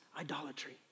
idolatry